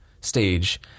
stage